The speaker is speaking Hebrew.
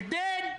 הבית הזה,